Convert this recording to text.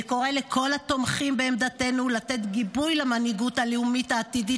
אני קורא לכל התומכים בעמדתנו לתת גיבוי למנהיגות הלאומית העתידית